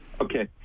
Okay